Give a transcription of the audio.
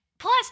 Plus